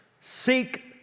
seek